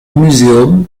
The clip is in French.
muséum